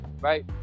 right